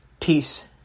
Peace